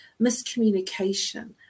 miscommunication